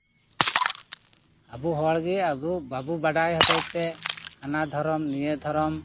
ᱟᱵᱚ ᱦᱚᱲᱜᱮ ᱟᱵᱚ ᱵᱟᱵᱚᱱ ᱵᱟᱰᱟᱭ ᱦᱚᱛᱮᱡᱛᱮ ᱦᱟᱱᱟ ᱫᱷᱚᱨᱚᱢ ᱱᱤᱭᱟᱹ ᱫᱷᱚᱨᱚᱢ